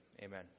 Amen